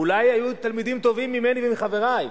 אולי היו תלמידים טובים ממני ומחברי,